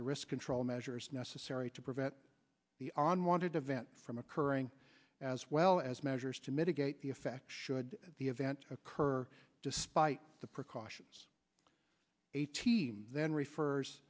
the risk control measures necessary to prevent the on wanted to vent from occurring as well as measures to mitigate the effect should the event occur despite the precautions a team then refers